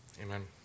Amen